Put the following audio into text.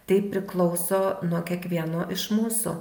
tai priklauso nuo kiekvieno iš mūsų